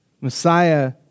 Messiah